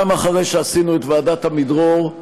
גם אחרי שעשינו את ועדת עמידרור,